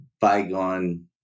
bygone